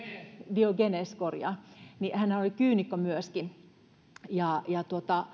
diogenes korjaan hänhän oli kyynikko myöskin ja ja